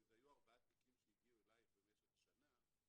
ואם זה היו ארבעה תיקים שהגיעו אלייך במשך שנה,